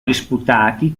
disputati